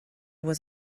was